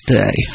day